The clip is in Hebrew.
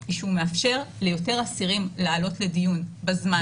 היא שהם מאפשרים ליותר אסירים לעלות לדיון בזמן,